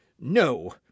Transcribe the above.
no